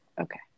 okay